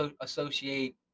associate